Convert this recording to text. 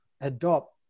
adopt